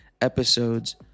episodes